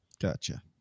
gotcha